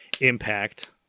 impact